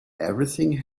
everything